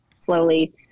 slowly